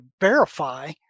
verify